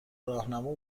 راهنما